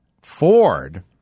Ford